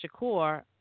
Shakur